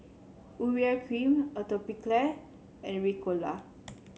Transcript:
Urea Cream Atopiclair and Ricola